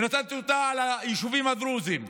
ונתתי אותה על היישובים הדרוזיים,